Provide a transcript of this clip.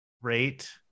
rate